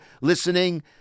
listening